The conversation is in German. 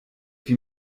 wie